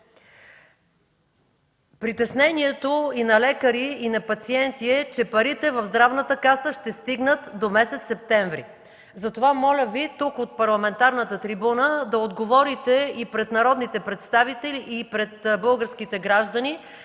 Притесненията и на лекари, и на пациенти е, че парите в Здравната каса ще стигнат до месец септември. Затова моля тук, от парламентарната трибуна да отговорите и пред народните представители, и пред българските граждани